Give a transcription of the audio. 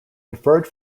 inferred